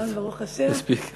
זמן ברוך השם יש לנו.